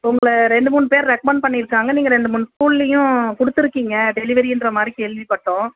உங்களை ரெண்டு மூணு பேர் ரெக்கமெண்ட் பண்ணிருக்காங்க நீங்கள் ரெண்டு மூணு ஸ்கூல்லையும் கொடுத்துருக்கீங்க டெலிவரின்ற மாதிரி கேள்விப்பட்டோம்